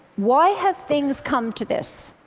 why have things come to this?